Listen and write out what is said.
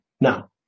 Now